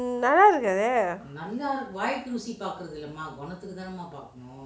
நல்லா இருக்கதே:nalla irukkathe